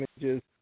images